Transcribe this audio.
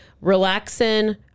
relaxing